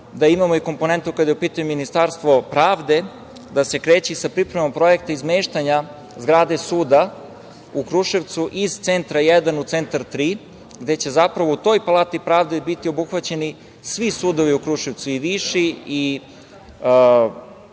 da imamo i komponentu kada je u pitanju Ministarstvo pravde da se kreće sa pripremom projekta izmeštanja zgrade suda u Kruševcu iz centra jedan u centar tri, gde će zapravo u toj palati pravde biti obuhvaćeni svi sudovi u Kruševcu, i viši i